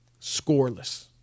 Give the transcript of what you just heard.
Scoreless